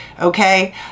okay